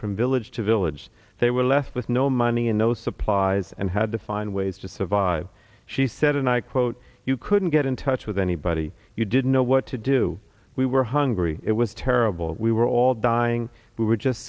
from village to village they were left with no money and no supplies and had to find ways to survive she said and i quote you couldn't get in touch with anybody you didn't know what to do we were hungry it was terrible we were all dying we were just